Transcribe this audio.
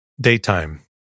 Daytime